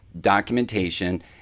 documentation